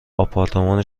آپارتمان